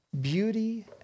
beauty